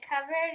covered